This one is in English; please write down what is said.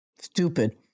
stupid